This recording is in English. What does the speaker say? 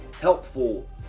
helpful